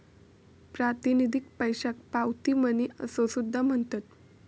प्रातिनिधिक पैशाक पावती मनी असो सुद्धा म्हणतत